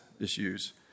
issues